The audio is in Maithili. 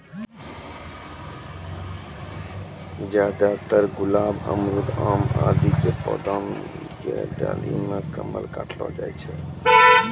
ज्यादातर गुलाब, अमरूद, आम आदि के पौधा के डाली मॅ कलम काटलो जाय छै